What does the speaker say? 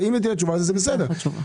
אני אתן לך תשובה.